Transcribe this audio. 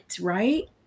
right